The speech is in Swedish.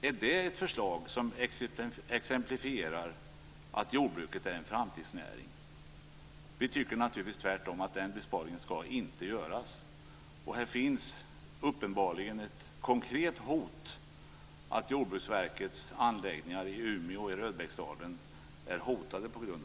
Är det ett förslag som exemplifierar jordbruket som en framtidsnäring? Vi tycker naturligtvis tvärtom, dvs. att den besparingen inte skall göras. Uppenbarligen finns det ett konkret hot för Jordbruksverkets anläggningar i Umeå och Röbäcksdalen på grund av detta.